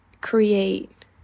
create